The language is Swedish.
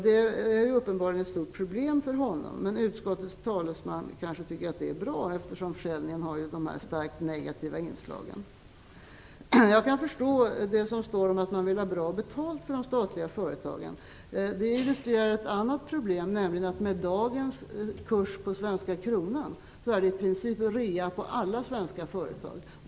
Det är uppenbarligen ett stort problem för honom. Men utskottets talesman kanske tycker att det är bra, eftersom försäljningen har de starkt negativa inslagen. Jag kan förstå det som står om att man vill ha bra betalt för de statliga företagen. Det illustrerar ett annat problem. Med dagens kurs på den svenska kronan är det i princip rea på alla svenska företag.